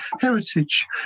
heritage